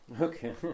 Okay